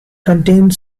contained